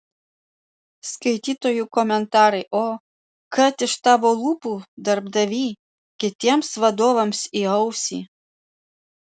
skaitytojų komentarai o kad iš tavo lūpų darbdavy kitiems vadovams į ausį